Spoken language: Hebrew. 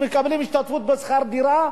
מקבלים השתתפות בשכר דירה.